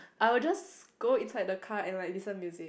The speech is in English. I would just go inside the car and like listen music